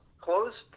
closed